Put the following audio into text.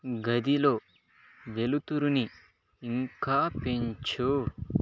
గదిలో వెలుతురుని ఇంకా పెంచు